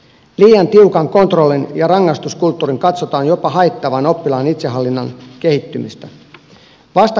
liian tiukan kontrollin ja rangaistuskulttuurin katsotaan jopa haittaavan oppilaan itsehallinnan kehittymistä